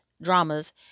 dramas